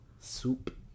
Soup